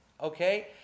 Okay